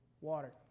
water